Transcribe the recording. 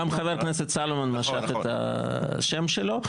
גם חבר הכנסת סלומון משך את השם שלו.